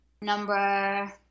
number